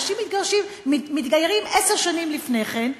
אנשים מתגיירים עשר שנים לפני כן,